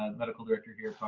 and medical director here